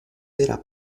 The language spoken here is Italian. vera